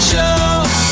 Show